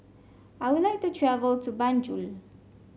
I would like to travel to Banjul